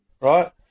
right